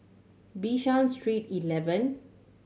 Bishan Street Eleven